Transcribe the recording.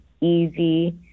easy